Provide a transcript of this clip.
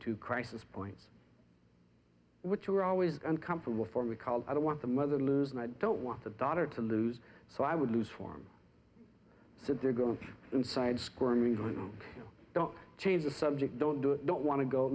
to crisis points which are always comfortable for me cause i don't want them other lose and i don't want the daughter to lose so i would lose form so they're going inside screaming don't change the subject don't do it don't want to go